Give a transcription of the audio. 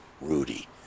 Rudy